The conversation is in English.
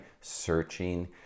searching